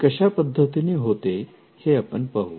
हे कशा पद्धतीने होते हे आपण पाहू